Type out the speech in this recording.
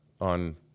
on